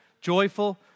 joyful